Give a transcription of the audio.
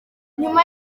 nyuma